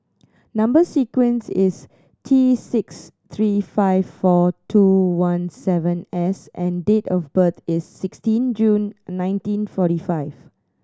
number sequence is T six three five four two one seven S and date of birth is sixteen June nineteen forty five